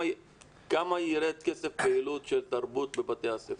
כמה תרד הפעילות של התרבות של בבתי הספר?